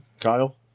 Kyle